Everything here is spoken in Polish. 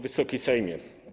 Wysoki Sejmie!